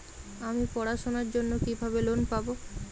আমি পড়াশোনার জন্য কিভাবে লোন পাব?